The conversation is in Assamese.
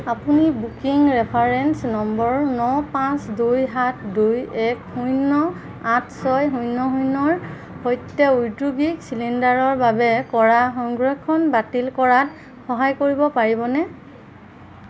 আপুনি বুকিং ৰেফাৰেঞ্চ নম্বৰ ন পাঁচ দুই সাত দুই এক শূন্য আঠ ছয় শূন্য শূন্যৰ সৈতে ঔদ্যোগিক চিলিণ্ডাৰৰ বাবে কৰা সংৰক্ষণ বাতিল কৰাত সহায় কৰিব পাৰিবনে